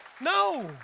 no